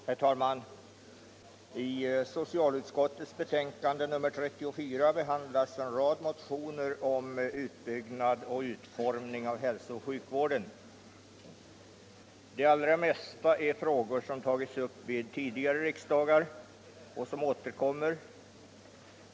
Herr talman! I socialutskottets förevarande betänkande nr 34 behandlas en rad motioner om utbyggnad och utformning av hälsooch sjukvården. De flesta frågorna är sådana som har tagits upp vid tidigare riksdagar och som nu återkommer.